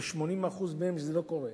אצל 80% מהם זה לא קורה.